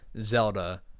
Zelda